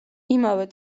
იმავე